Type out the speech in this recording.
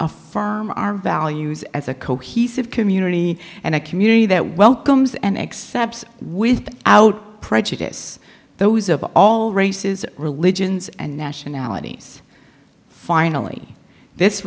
affirm our values as a cohesive community and a community that welcomes and accepts without prejudice those of all races religions and nationalities finally this